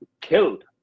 killed